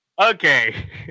Okay